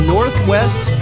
Northwest